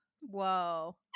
Whoa